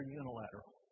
unilateral